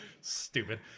stupid